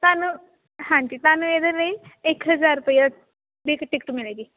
ਤੁਹਾਨੂੰ ਹਾਂਜੀ ਤੁਹਾਨੂੰ ਇਹਦੇ ਲਈ ਇੱਕ ਹਜ਼ਾਰ ਰੁਪਇਆ ਦੀ ਇੱਕ ਟਿਕਟ ਮਿਲੇਗੀ